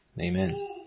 Amen